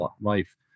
life